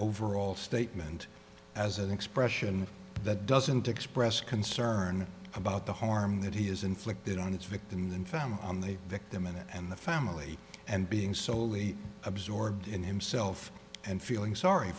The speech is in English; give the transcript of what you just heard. overall statement as an expression that doesn't express concern about the harm that he has inflicted on its victims and family on the victim in it and the family and being solely absorbed in himself and feeling sorry